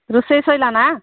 ରୋଷେଇ ସରିଲା ନା